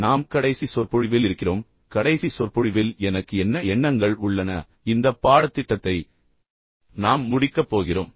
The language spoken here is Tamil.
நாம் கடைசி சொற்பொழிவில் இருக்கிறோம் கடைசி சொற்பொழிவில் எனக்கு என்ன எண்ணங்கள் உள்ளன இந்த பாடத்திட்டத்தை நாம் முடிக்கப் போகிறோம்